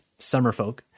Summerfolk